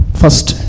first